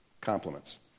compliments